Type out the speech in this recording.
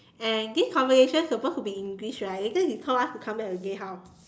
and this conversation supposed to be English right later he call us to come back again how